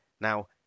now